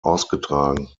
ausgetragen